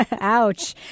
Ouch